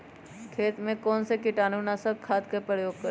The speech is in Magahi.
खेत में कौन से कीटाणु नाशक खाद का प्रयोग करें?